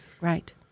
right